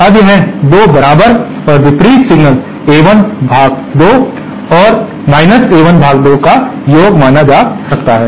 अब यह 2 बराबर और विपरीत सिग्नल्स A1 भाग 2 और A1 भाग 2 का योग माना जाता है